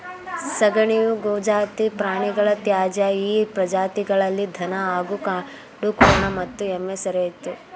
ಸಗಣಿಯು ಗೋಜಾತಿ ಪ್ರಾಣಿಗಳ ತ್ಯಾಜ್ಯ ಈ ಪ್ರಜಾತಿಗಳಲ್ಲಿ ದನ ಹಾಗೂ ಕಾಡುಕೋಣ ಮತ್ತು ಎಮ್ಮೆ ಸೇರಯ್ತೆ